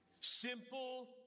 simple